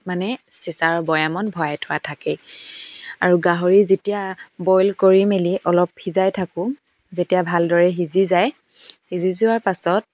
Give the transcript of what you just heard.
মানে চিচাৰ বৈয়ামত ভৰাই থোৱা থাকেই আৰু গাহৰি যেতিয়া বইল কৰি মেলি অলপ সিজাই থাকোঁ যেতিয়া ভালদৰে সিজি যায় সিজি যোৱাৰ পাছত